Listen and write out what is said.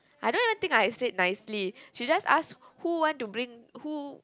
I don't even think I said nicely she just ask who want to bring who